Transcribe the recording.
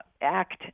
act